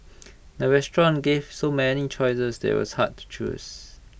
the restaurant gave so many choices that IT was hard to choose